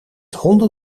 honden